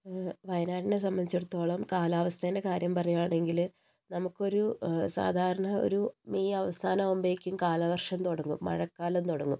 വായനാട്ടിനെ സംബന്ധിച്ചിടത്തോളം കാലാവസ്ഥേൻ്റെ കാര്യം പറയുവാണെങ്കിൽ നമുക്കൊരു സാധാരണ ഒരു മെയ് അവസാനം ആവുമ്പോഴേക്കും കാലവർഷം തുടങ്ങും മഴക്കാലം തുടങ്ങും